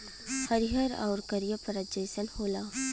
हरिहर आउर करिया परत जइसन होला